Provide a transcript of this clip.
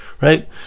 Right